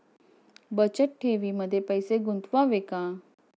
बचत ठेवीमध्ये पैसे गुंतवावे का?